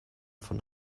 von